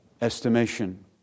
estimation